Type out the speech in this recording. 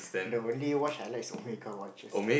the only watch I like is Omega watches